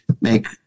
make